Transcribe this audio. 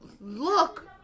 look